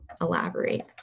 elaborate